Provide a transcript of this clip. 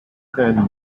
than